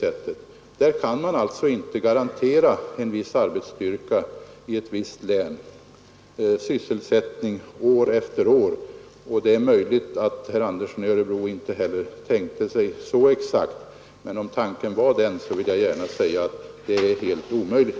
Det går alltså inte att garantera en viss arbetsstyrka i ett visst län sysselsättning år efter år. Det var kanske inte heller detta herr Andersson i Örebro tänkte sig, men om tanken var den, så vill jag gärna säga att det är helt omöjligt.